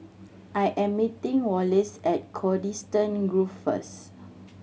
I am meeting Wallace at Coniston Grove first